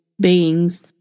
beings